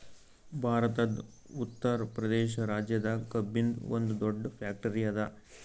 ಭಾರತದ್ ಉತ್ತರ್ ಪ್ರದೇಶ್ ರಾಜ್ಯದಾಗ್ ಕಬ್ಬಿನ್ದ್ ಒಂದ್ ದೊಡ್ಡ್ ಫ್ಯಾಕ್ಟರಿ ಅದಾ